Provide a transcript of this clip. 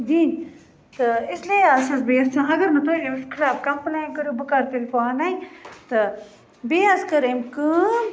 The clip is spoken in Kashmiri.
دِنۍ تہٕ اِسلیے حظ چھَس بہٕ یژھان اَگَر نہٕ تۄہہِ أمِس خِلاف کمپٕلین کٔرِو بہٕ کَرٕ تیٚلہِ پانَے تہٕ بیٚیہِ حظ کٔر أمۍ کٲم